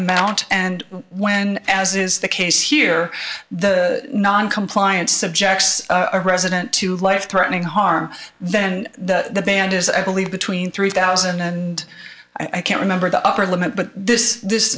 amount and when as is the case here the noncompliance subjects a resident to life threatening harm then the band is i believe between three thousand and i can't remember the upper limit but this this